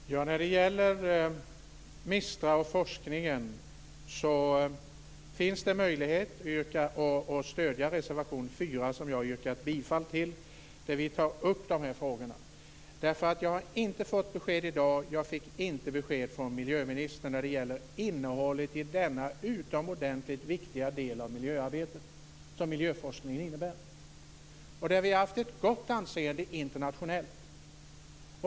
Fru talman! När det gäller MISTRA och forskningen finns det en möjlighet att stödja reservation 4, som jag har yrkat bifall till. Där tar vi upp de här frågorna. Jag har inte fått besked i dag, jag fick inte besked från miljöministern när det gäller innehållet i denna utomordentligt viktiga del av miljöarbetet som miljöforskningen innebär. Vi har haft ett gott anseende internationellt.